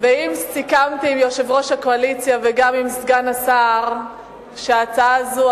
אם סיכמתי עם יושב-ראש הקואליציה וגם עם סגן השר שההצעה הזאת,